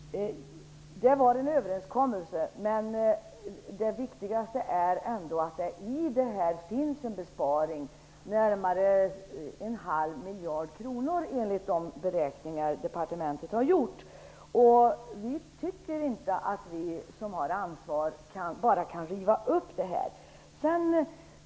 Herr talman! Det gjordes en överenskommelse. Men det viktigaste är ändå att det i denna finns en besparing på närmare en halv miljard kronor, enligt de beräkningar som departementet har gjort. Vi moderater anser inte att vi som har ansvar bara kan riva upp denna överenskommelse.